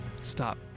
Stop